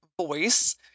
voice